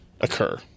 occur